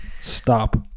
Stop